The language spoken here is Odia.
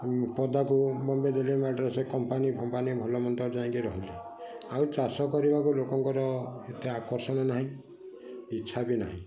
ପଦାକୁ ବମ୍ବେ ଦିଲ୍ଲୀ ମାଡ଼୍ରାସ କମ୍ପାନୀ ଫମ୍ପାନୀ ଭଲ ମନ୍ଦରେ ଯାଇକି ରହିଲେ ଆଉ ଚାଷ କରିବାକୁ ଲୋକଙ୍କର ଏତେ ଆକର୍ଷଣ ନାହିଁ ଇଚ୍ଛା ବି ନାହିଁ